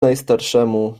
najstarszemu